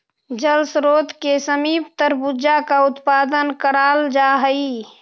जल स्रोत के समीप तरबूजा का उत्पादन कराल जा हई